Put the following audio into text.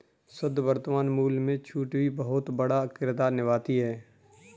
शुद्ध वर्तमान मूल्य में छूट भी बहुत बड़ा किरदार निभाती है